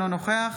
אינו נוכח